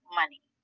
money